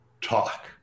talk